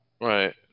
Right